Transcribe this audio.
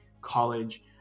college